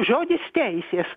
žodis teisės